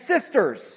sisters